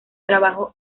trabajo